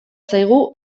zaigu